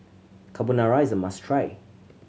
carbonara is a must try